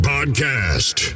Podcast